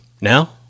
Now